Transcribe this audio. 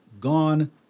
gone